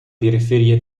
periferia